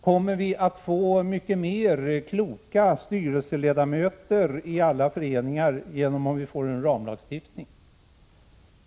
Kommer vi att få mycket fler kloka styrelseledamöter i alla föreningar om vi får en ramlagstiftning?